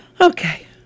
Okay